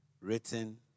written